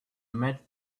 met